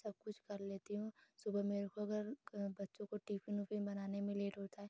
सबकुछ कर लेती हूँ सुबह मुझको अगर बच्चों को टिफ़िन उफ़िन बनाने में लेट होता है